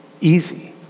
easy